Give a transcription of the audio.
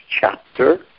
chapter